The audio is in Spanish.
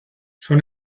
son